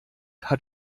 hat